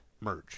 merge